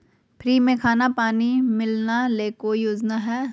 Free में खाना पानी मिलना ले कोइ योजना हय?